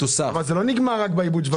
אבל זה לא נגמר רק בעיבוד שבבים.